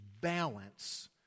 balance